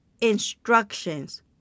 instructions